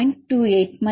28 மதிப்பு என்ன